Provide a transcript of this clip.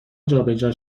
جابجا